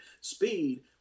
speed